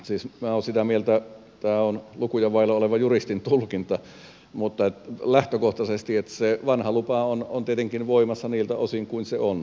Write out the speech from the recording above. minä olen sitä mieltä että tämä on lukuja vailla oleva juristin tulkinta mutta lähtökohtaisesti se vanha lupa on tietenkin voimassa niiltä osin kuin se on